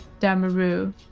damaru